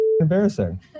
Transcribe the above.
embarrassing